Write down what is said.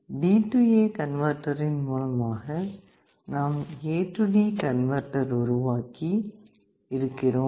DA கன்வேர்டரின் மூலமாக நாம் AD கன்வேர்டர் உருவாக்கி இருக்கிறோம்